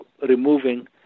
removing